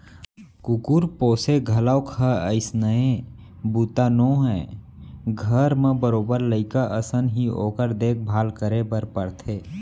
कुकुर पोसे घलौक ह अइसने बूता नोहय घर म बरोबर लइका असन ही ओकर देख भाल करे बर परथे